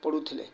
ପଡ଼ୁଥିଲେ